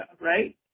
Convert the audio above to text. right